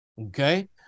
Okay